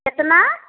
कितना